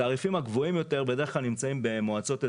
התעריפים הגבוהים יותר בדרך כלל נמצאים במועצות אזוריות.